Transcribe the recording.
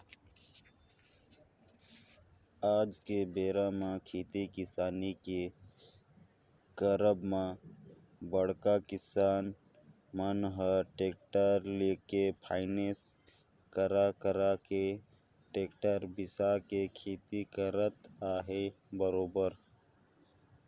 आज के बेरा म खेती किसानी के करब म बड़का किसान मन ह टेक्टर लेके फायनेंस करा करा के टेक्टर बिसा के खेती करत अहे बरोबर